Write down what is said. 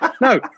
no